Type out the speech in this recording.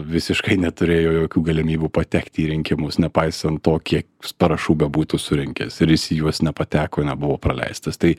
visiškai neturėjo jokių galimybių patekti į rinkimus nepaisant to kiek parašų bebūtų surinkęs ir jis į juos nepateko nebuvo praleistas tai